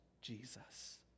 Jesus